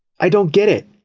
i don't get it!